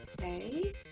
Okay